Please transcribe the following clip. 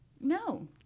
No